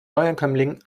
neuankömmlingen